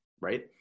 right